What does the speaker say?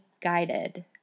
guided